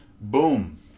Boom